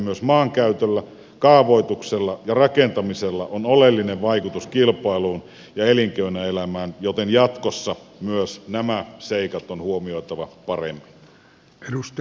myös maankäytöllä kaavoituksella ja rakentamisella on oleellinen vaikutus kilpailuun ja elinkeinoelämään joten jatkossa myös nämä seikat on huomioitava paremmin